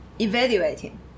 evaluating